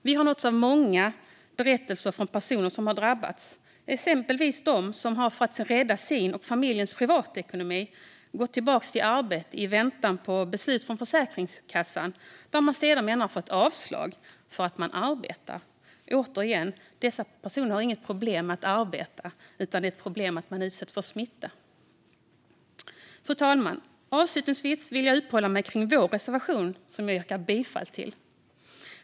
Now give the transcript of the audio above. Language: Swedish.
Vi har nåtts av många berättelser från personer som har drabbats, exempelvis de som för att rädda sin och familjens privatekonomi har gått tillbaka till arbete i väntan på beslut från Försäkringskassan, där de sedermera fått avslag för att de arbetar. Återigen: Dessa personer har inget problem med att arbeta, utan det är ett problem att de utsätts för smitta. Fru talman! Avslutningsvis vill jag uppehålla mig vid vår reservation, som jag yrkar bifall till.